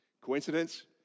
Coincidence